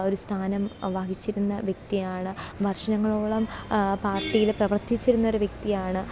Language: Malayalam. ഒരു സ്ഥാനം വഹിച്ചിരുന്ന വ്യക്തിയാണ് വർഷങ്ങളോളം പാർട്ടിയിൽ പ്രവർത്തിച്ചിരുന്നൊരു വ്യക്തിയാണ്